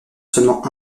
seulement